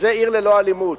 וזה "עיר ללא אלימות".